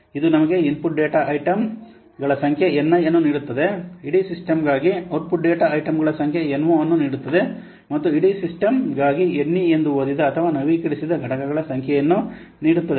ಇದು ನಿಮಗೆ input data ಐಟಂಗಳ ಸಂಖ್ಯೆ N i ಅನ್ನು ನೀಡುತ್ತದೆ ಇಡೀ ಸಿಸ್ಟಮ್ ಗಾಗಿ ಔಟ್ಪುಟ್ ಡೇಟಾ ಐಟಂಗಳ ಸಂಖ್ಯೆ N o ಅನ್ನು ನೀಡುತ್ತದೆ ಮತ್ತು ಇಡೀ ಸಿಸ್ಟಮ್ ಗಾಗಿ N e ಎಂದು ಓದಿದ ಅಥವಾ ನವೀಕರಿಸಿದ ಘಟಕಗಳ ಸಂಖ್ಯೆಯನ್ನು ನೀಡುತ್ತದೆ